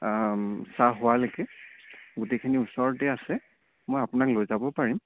চাহ হোৱালৈকে গোটেইখিনি ওচৰতে আছে মই আপোনাক লৈ যাব পাৰিম